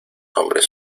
hombres